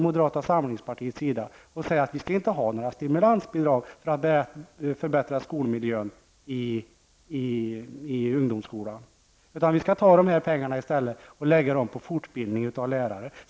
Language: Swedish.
Man säger att vi inte skall ha några stimulansbidrag för att förbättra skolmiljön i ungdomsskolan. Vi skall i stället ta de här pengarna och lägga dem på fortbildning av lärare.